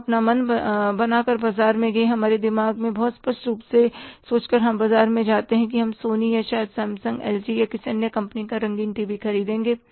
हम अपना मन बनाकर बाजार गए हैं हमारे दिमाग में बहुत स्पष्ट तरह से सोचकर हम बाजार में जाते हैं कि हम सोनी या शायद सैमसंग एलजी या किसी अन्य कंपनी का रंगीन टीवी खरीदेंगे